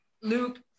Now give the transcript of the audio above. Luke